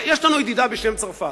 יש לנו ידידה בשם צרפת.